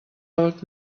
old